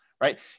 right